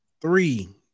three